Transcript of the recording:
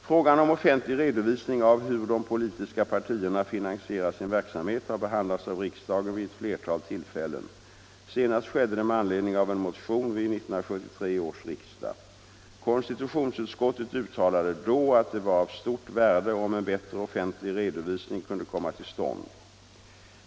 Frågan om en offentlig redovisning av hur de politiska partierna finansierar sin verksamhet har behandlats av riksdagen vid ett flertal tillfällen. Senast skedde det med anledning av en motion vid 1973 års riksdag. Konstitutionsutskottet uttalade då att det var av stort värde om en bättre offentlig redovisning kunde komma till stånd.